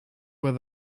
where